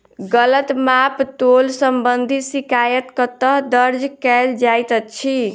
गलत माप तोल संबंधी शिकायत कतह दर्ज कैल जाइत अछि?